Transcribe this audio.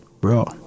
Bro